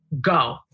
Go